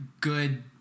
good